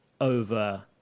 over